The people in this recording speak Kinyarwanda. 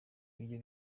ibyo